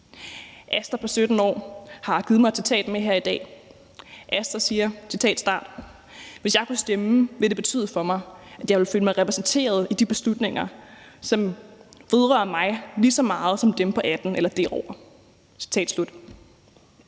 Asta på 17 år har givet mig et citat med her i dag. Asta siger: Hvis jeg kunne stemme, ville det betyde for mig, at jeg ville føle mig repræsenteret i de beslutninger, som vedrører mig lige så meget som dem på 18 eller derover. Citat slut.